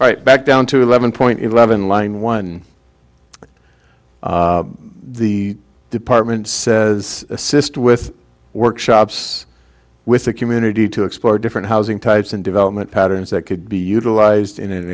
right back down to eleven point eleven line one the department says assist with workshops with the community to explore different housing types and development patterns that could be utilized in an